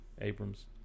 Abrams